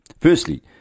Firstly